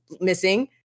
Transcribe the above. missing